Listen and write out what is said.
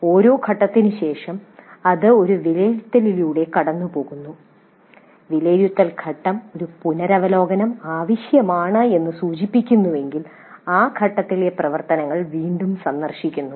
ഓരോ ഘട്ടത്തിനും ശേഷം അത് ഒരു വിലയിരുത്തലിലൂടെ കടന്നുപോകുന്നു വിലയിരുത്തൽ ഘട്ടം ഒരു പുനരവലോകനം ആവശ്യമാണെന്ന് സൂചിപ്പിക്കുന്നുവെങ്കിൽ ആ ഘട്ടത്തിലെ പ്രവർത്തനങ്ങൾ വീണ്ടും സന്ദർശിക്കുന്നു